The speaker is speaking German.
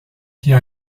hier